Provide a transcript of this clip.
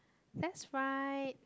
that's right